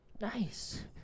Nice